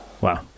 Wow